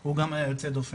הוא גם היה יוצא דופן.